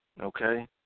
okay